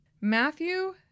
Matthew